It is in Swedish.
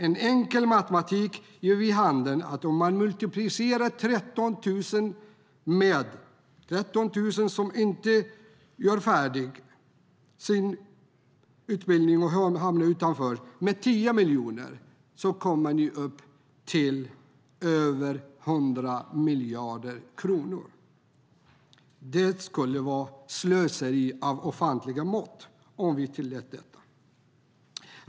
En enkel matematik ger vid handen att om man multiplicerar 13 000 individer som inte går färdigt sin utbildning med 10 miljoner kommer vi upp till över 100 miljarder kronor. Detta skulle vara slöseri av ofantliga mått om vi tillät det.